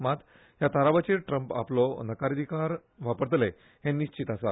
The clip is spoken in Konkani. मात ह्या थारावाचेर ट्रंप आपलो नकाराधिकार वापरतले हें निश्चीत आसा